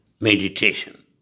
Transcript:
meditation